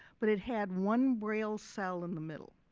but it had one braille cell in the middle.